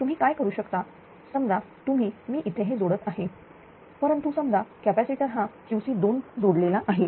तुम्ही काय करू शकता समजा तुम्ही मी हे इथे जोडत आहे परंतु समजा कॅपॅसिटर हा QC2 जोडलेला आहे